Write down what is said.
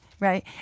Right